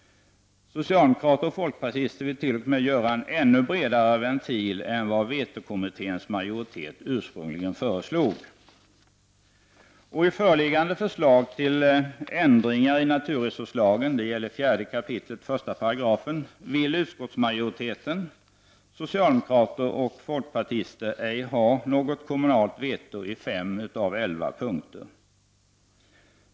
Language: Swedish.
Socialdemokrater och folkpartister vill t.o.m. göra en ännu bredare ventil än vad vetokommitténs majoritet ursprungligen föreslog. I föreliggande förslag till ändringar i naturresurslagen — det gäller 4 kap. 1§- vill utskottsmajoriteten, socialdemokrater och folkpartister, ej ha något kommunal veto på fem av elva punkter.